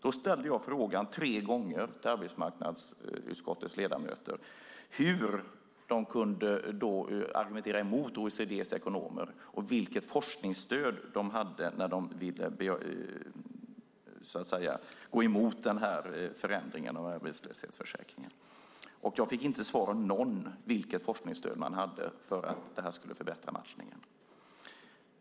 Då ställde jag tre gånger frågan till arbetsmarknadsutskottets ledamöter hur de kunde argumentera mot OECD:s ekonomer och vilket forskningsstöd de hade när de ville gå emot förändringen av arbetslöshetsförsäkringen. Jag fick inte svar av någon vilket forskningsstöd man hade för att det här skulle förbättra matchningen.